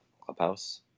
clubhouse